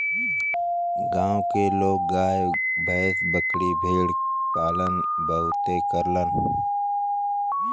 गांव के लोग गाय भैस, बकरी भेड़ के पालन बहुते करलन